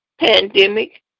pandemic